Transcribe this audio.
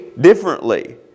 differently